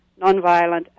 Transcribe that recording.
nonviolent